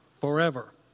forever